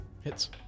Hits